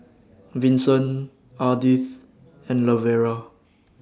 Vinson Ardith and Lavera